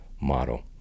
model